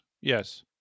Yes